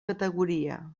categoria